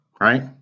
Right